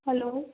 હાલો